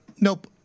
Nope